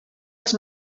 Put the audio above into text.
els